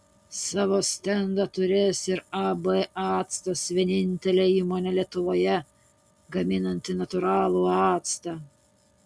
savo stendą turės ir ab actas vienintelė įmonė lietuvoje gaminanti natūralų actą